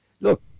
Look